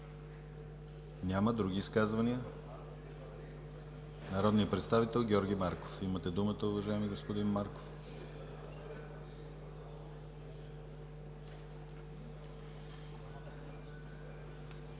Няма. Други изказвания? Народният представител Георги Марков. Имате думата, уважаеми господин Марков.